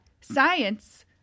science